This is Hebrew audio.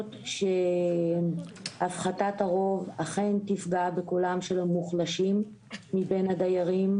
סבורות שהפחתת הרוב אכן תפגע בקולם של המוחלשים מבין הדיירים.